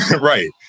right